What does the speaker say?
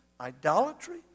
idolatry